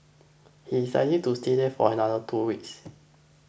he is likely to stay there for another two weeks